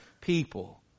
people